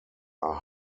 are